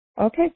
Okay